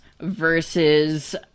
versus